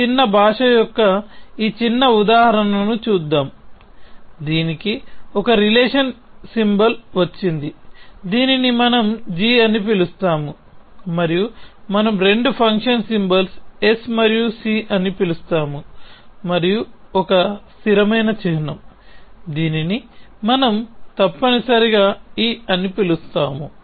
ఒక చిన్న భాష యొక్క ఈ చిన్న ఉదాహరణను చూద్దాం దీనికి ఒక రిలేషన్ సింబల్ వచ్చింది దీనిని మనం g అని పిలుస్తాము మరియు మనం రెండు ఫంక్షన్ సింబల్స్ s మరియు c అని పిలుస్తాము మరియు ఒక స్థిరమైన చిహ్నం దీనిని మనం తప్పనిసరిగా e అని పిలుస్తాము